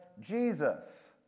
Jesus